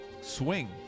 swing